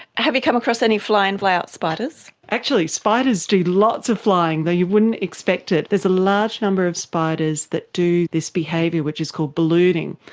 have you come across any fly in, fly out spiders? actually spiders do lots of flying, though you wouldn't expect it. there's a large number of spiders that do this behaviour which is called ballooning.